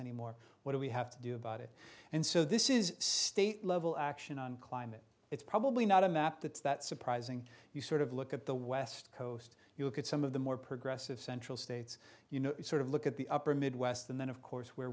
anymore what do we have to do about it and so this is state level action on climate it's probably not a map that's that surprising you sort of look at the west coast you look at some of the more progressive central states you know sort of look at the upper midwest and then of course where